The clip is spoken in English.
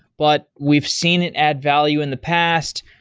but we've seen it add value in the past.